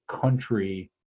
country